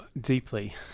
deeply